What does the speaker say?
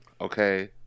okay